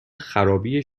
خرابی